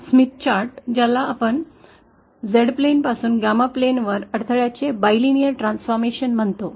आतास्मिथ chart ज्याला आम्ही Z प्लेनपासून 𝚪 प्लेनवरील अडथळाचे बायलिनर परिवर्तन म्हणतो